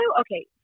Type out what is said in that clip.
Okay